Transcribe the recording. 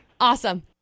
Awesome